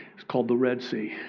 it's called the red sea.